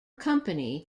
company